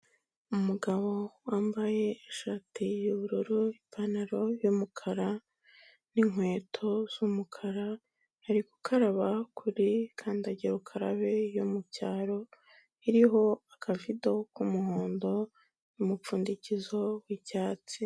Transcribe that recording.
Umugabo wambaye ishati y'ubururu ipantaro y'umukara n'inkweto z'umukara, ari gukaraba kuri kandagira ukarabe yo mu cyaro iriho akavido k'umuhondo n'umupfundikizo w'icyatsi.